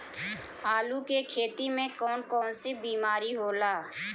आलू की खेती में कौन कौन सी बीमारी होला?